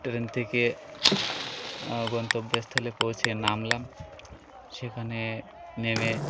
train থেকে গন্তব্যস্থলে পৌঁছে নামলাম সেখানে নেমে